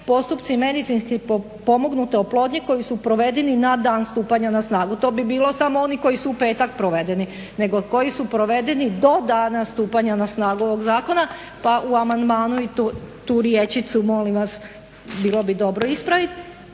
postupci medicinski pomognute oplodnje koji su provedeni na dan stupanja na snagu. To bi bilo samo oni koji su u petak provedeni nego koji su provedeni do dana stupanja na snagu ovog zakona. Pa u amandmanu i tu riječcu molim vas bilo bi dobro ispraviti.